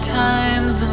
times